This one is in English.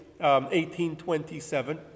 1827